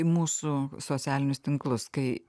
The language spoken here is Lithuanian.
į mūsų socialinius tinklus kai